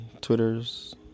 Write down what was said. twitters